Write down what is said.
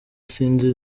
sinzi